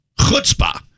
chutzpah